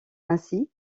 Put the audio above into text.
ainsi